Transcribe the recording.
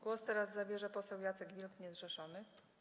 Głos teraz zabierze poseł Jacek Wilk, niezrzeszony.